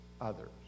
others